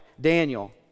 Daniel